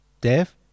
Dave